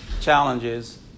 challenges